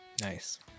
nice